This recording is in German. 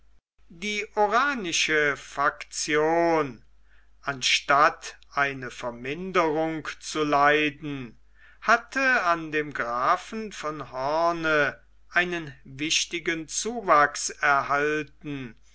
die oranische faktion anstatt eine verminderung zu leiden hatte an dem grafen von hoorn einen wichtigen zuwachs erhalten